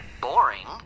Boring